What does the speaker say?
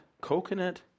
Coconut